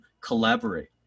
collaborate